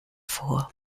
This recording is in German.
vor